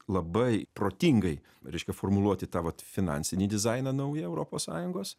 labai protingai reiškia formuluoti tą vat finansinį dizainą naują europos sąjungos